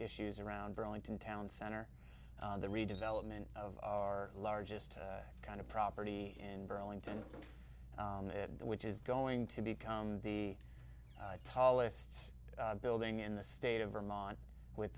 issues around burlington town center the redevelopment of our largest kind of property in burlington which is going to become the tallest building in the state of vermont with